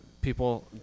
people